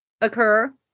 occur